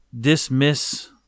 dismiss